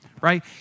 right